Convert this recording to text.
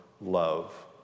love